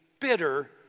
bitter